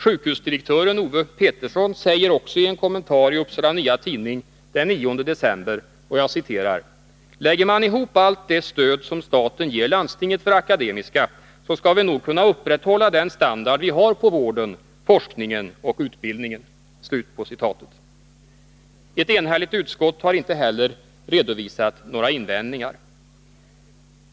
Sjukhusdirektören Owe Petersson säger också i en kommentar i Upsala Nya Tidning den 9 december: ”Lägger man ihop allt det stöd som staten ger landstinget för Akademiska så ska vi nog kunna upprätthålla den standard vi har på vården, forskningen och utbildningen.” Ett enhälligt utskott har inte heller redovisat några invändningar.